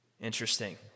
Interesting